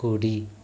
కుడి